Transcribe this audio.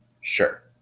Sure